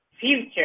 future